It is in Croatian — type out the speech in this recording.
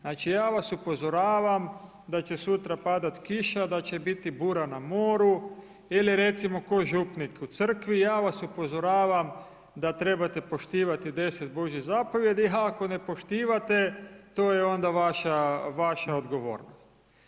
Znači ja vas upozoravam da će sutra padati kiša, da će biti bura na moru ili recimo kao župnik u crkvi, ja vas upozoravam da trebate poštivati 10 Božjih zapovjedi a ako ih ne poštivate to je onda vaša odgovornost.